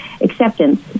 acceptance